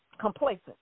complacent